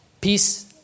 Peace